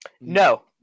No